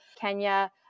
Kenya